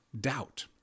doubt